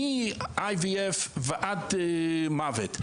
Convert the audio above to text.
מ-IVF ועד מוות,